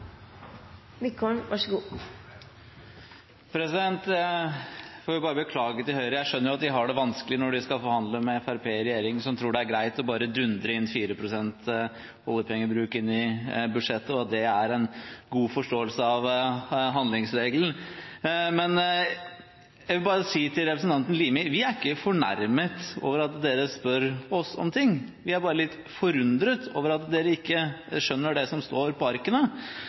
Wickholm har hatt ordet to ganger tidligere og får ordet til en kort merknad, begrenset til 1 minutt. Jeg får bare beklage til Høyre. Jeg skjønner at de har det vanskelig når de skal forhandle med Fremskrittspartiet i regjering, som tror det er greit bare å dundre inn med 4 pst. oljepengebruk i budsjettet, og at det er en god forståelse av handlingsregelen. Til representanten Limi: Vi er ikke fornærmet over at dere spør oss om ting. Vi er bare litt forundret over at dere ikke skjønner det som står på arkene.